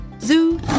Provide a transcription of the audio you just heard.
Zoo